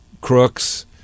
crooks